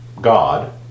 God